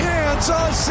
Kansas